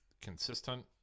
consistent